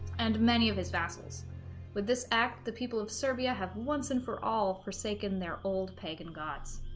and many of his vassals would this act the people of serbia have once and for all forsaken their old pagan gods